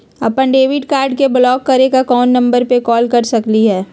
अपन debit card के block करे ला कौन नंबर पे कॉल कर सकली हई?